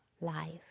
life